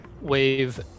wave